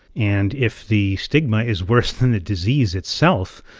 and if the stigma is worse than the disease itself,